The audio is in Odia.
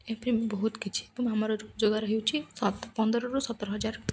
ଏପରି ମୁଁ ବହୁତ କିଛି ଏବଂ ଆମର ରୋଜଗାର ହେଉଛି ପନ୍ଦରରୁ ସତର ହଜାର